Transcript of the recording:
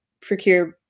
procure